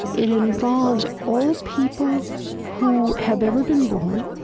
it involves all people who have ever been born,